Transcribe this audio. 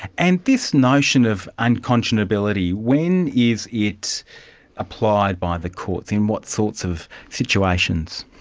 and this notion of unconscionability, when is it applied by the courts, in what sorts of situations?